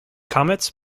comets